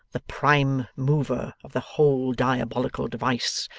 the prime mover of the whole diabolical device,